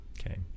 okay